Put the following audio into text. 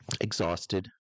exhausted